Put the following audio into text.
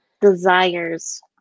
desires